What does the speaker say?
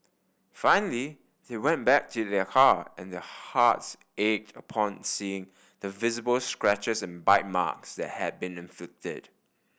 finally they went back to their car and their hearts ached upon seeing the visible scratches and bite marks that had been inflicted